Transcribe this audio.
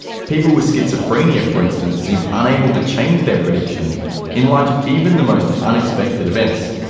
people with schizophrenia, for instance, seem unable to change their predictions in light of even the most unexpected events,